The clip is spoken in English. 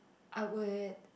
I would